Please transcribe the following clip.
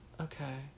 Okay